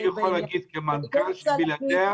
אני יכול להגיד כמנכ"ל שבלעדיה